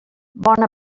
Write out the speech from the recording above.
bona